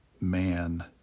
man